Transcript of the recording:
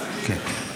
כן.